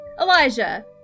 Elijah